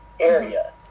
area